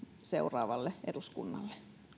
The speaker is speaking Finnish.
seuraavalle eduskunnalle